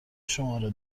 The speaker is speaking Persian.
شماره